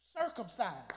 circumcised